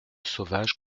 sauvages